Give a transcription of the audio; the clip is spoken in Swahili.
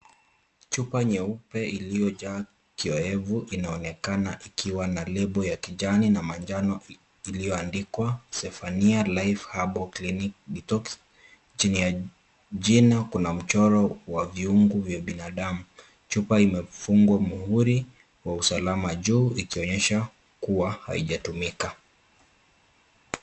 Chupa nyeupe iliyojaa kioevu inaonekana ikiwa na lebo ya kijani na manjano iliyoandikwa Zephaniah Life Herbal Clinic Detox. Chini ya jina kuna mchoro wa viungo vya binadamu. Chupa imefungwa mhuri wa usalama juu ikionyesha kuwa haijatumika.